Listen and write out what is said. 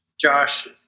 Josh